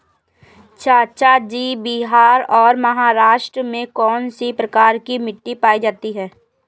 चाचा जी बिहार और महाराष्ट्र में कौन सी प्रकार की मिट्टी पाई जाती है?